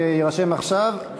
שיירשם עכשיו,